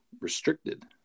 restricted